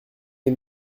des